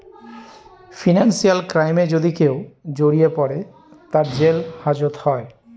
financial ক্রাইমে যদি কেউ জড়িয়ে পরে, তার জেল হাজত হয়